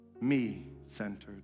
me-centered